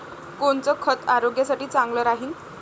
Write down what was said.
कोनचं खत आरोग्यासाठी चांगलं राहीन?